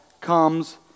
comes